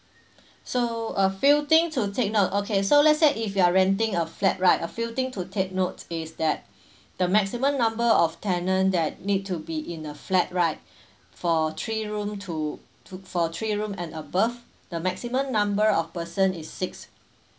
so a few thing to take note okay so let's say if you are renting a flat right a few thing to take note is that the maximum number of tenant that need to be in a flat right for three room to to for three room and above the maximum number of person is six